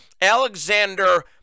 Alexander